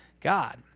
God